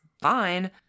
fine